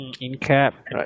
In-cap